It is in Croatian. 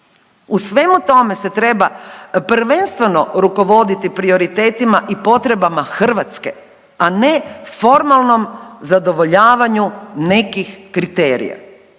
U svemu tome se treba prvenstveno rukovoditi prioritetima i potrebama Hrvatske, a ne formalnom zadovoljavanju nekih kriterija